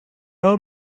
old